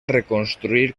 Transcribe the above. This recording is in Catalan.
reconstruir